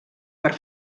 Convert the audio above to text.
per